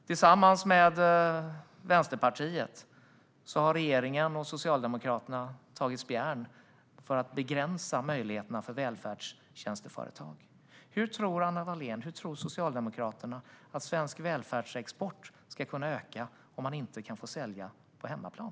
Tillsammans med Vänsterpartiet har regeringen och Socialdemokraterna tagit spjärn för att begränsa möjligheterna för välfärdstjänsteföretagen. Hur tror Anna Wallén och Socialdemokraterna att svensk välfärdsexport ska kunna öka om man inte får sälja på hemmaplan?